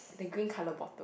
the green color bottle